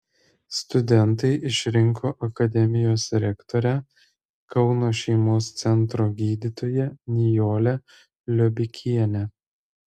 studentai išrinko akademijos rektorę kauno šeimos centro gydytoją nijolę liobikienę